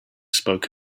spoke